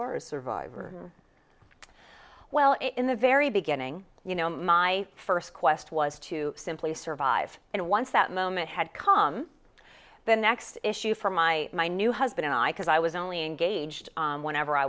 are a survivor well in the very beginning you know my first quest was to simply survive and once that moment had come the next issue for my my new husband and i cause i was only engaged whenever i